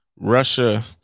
Russia